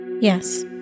yes